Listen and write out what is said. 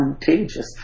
contagious